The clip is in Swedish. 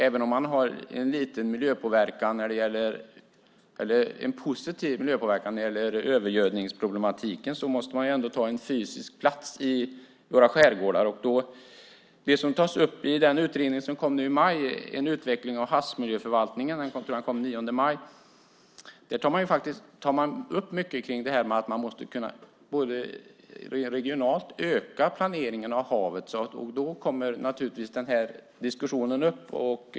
Även om man har en positiv miljöpåverkan när det gäller övergödning måste man ta en fysisk plats i våra skärgårdar. I utredningen som kom i maj, En utvecklad havsmiljöförvaltning , tar man upp att man regionalt måste öka planeringen av havet. Då kommer naturligtvis den här diskussionen upp.